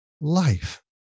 life